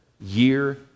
year